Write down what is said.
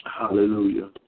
Hallelujah